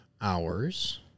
hours